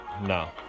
no